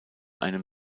einem